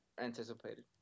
anticipated